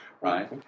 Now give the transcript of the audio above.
right